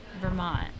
Vermont